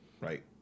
Right